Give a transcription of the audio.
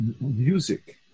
Music